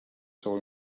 soul